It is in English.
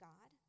God